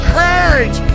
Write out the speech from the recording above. courage